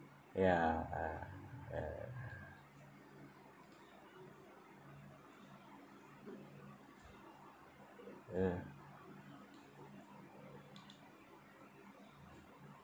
ya uh